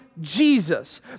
Jesus